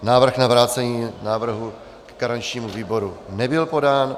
Návrh na vrácení návrhu garančnímu výboru nebyl podán.